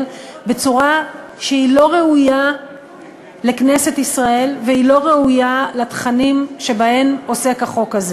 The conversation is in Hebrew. בצורה שהיא לא ראויה לכנסת ישראל והיא לא ראויה לתכנים שבהם החוק הזה